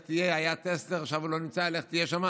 היה טסלר, עכשיו הוא לא נמצא, לך תהיה שם.